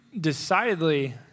decidedly